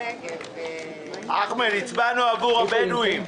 אחמד, הצבענו עבור הבדואים.